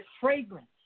fragrance